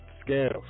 scales